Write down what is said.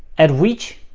at which,